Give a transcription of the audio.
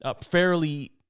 fairly